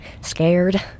scared